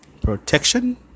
Protection